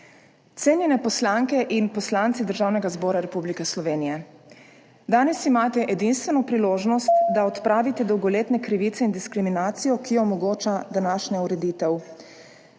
Cenjene poslanke in poslanci Državnega zbora Republike Slovenije, danes imate edinstveno priložnost, da odpravite dolgoletne krivice in diskriminacijo, ki jo omogoča današnja ureditev.